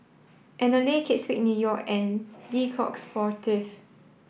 Anlene Kate Spade New York and Le Coq Sportif